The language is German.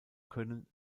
können